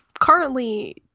currently